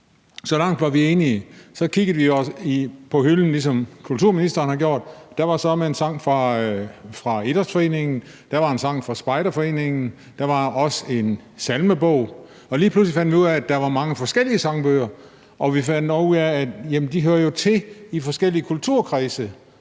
Så langt var vi enige. Så kiggede vi på hylden, ligesom kulturministeren har gjort, og der var søreme en sangbog fra idrætsforeningen, der var en sangbog fra spejderforeningen, der var også en Salmebog. Lige pludselig fandt vi ud af, at der var mange forskellige sangbøger, og vi fandt også ud af, at de jo hører til i forskellige kulturkredse.